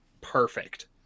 perfect